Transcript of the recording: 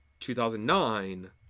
2009